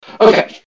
Okay